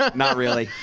not not really.